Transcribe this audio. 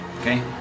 Okay